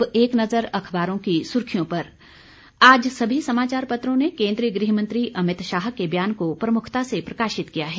अब एक नजर अखबारों की सुर्खियों पर आज सभी समाचार पत्रों ने केंद्रीय गृहमंत्री अमित शाह के बयान को प्रमुखता से प्रकाशित किया है